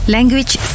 Language